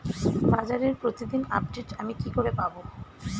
বাজারের প্রতিদিন আপডেট আমি কি করে পাবো?